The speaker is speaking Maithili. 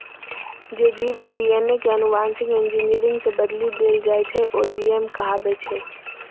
जे जीव के डी.एन.ए कें आनुवांशिक इंजीनियरिंग सं बदलि देल जाइ छै, ओ जी.एम कहाबै छै